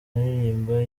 aririmba